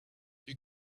you